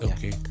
Okay